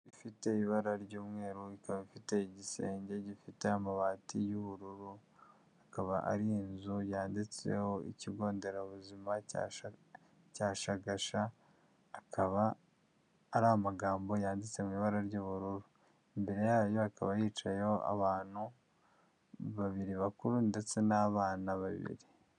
Ifite ibara ry'umweru ikaba ifite igisenge gifite amabati y'ubururu akaba ari inzu yanditseho ikigo nderabuzima cya cyashagasha, akaba ari amagambo yanditse mu ibara ry'ubururu imbere yayo akaba yicayeho abantu babiri bakuru ndetse n'abana babiri.